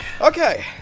Okay